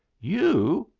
you!